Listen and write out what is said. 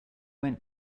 went